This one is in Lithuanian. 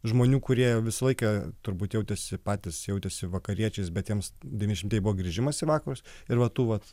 žmonių kurie visą laiką turbūt jautėsi patys jautėsi vakariečiais bet jiems devyni šimtai buvo grįžimas į vakarus ir va tų vat